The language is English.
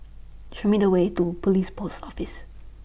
Show Me The Way to Pulis Post Office